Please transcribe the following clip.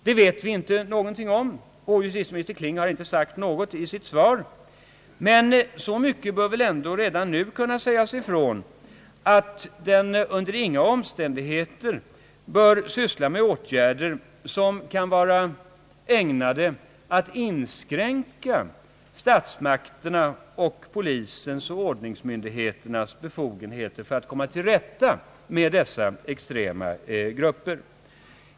Det vet vi ingenting om, och justitieminister Kling har inte sagt något om detta i sitt svar. Men så mycket bör väl ändå redan nu kunna sägas ifrån att denna utredning under inga omständigheter bör syssla med åtgärder som kan vara ägnade att inskränka statsmakternas, polisens och ordningsmyndigheternas befogenheter för att komma till rätta med dessa extrema grupper.